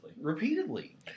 Repeatedly